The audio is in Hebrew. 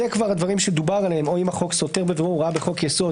זה הדברים שדובר עליהם אם החוק סותר בבירור הוראה בחור יסוד